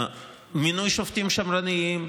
מינוי שופטים שמרניים,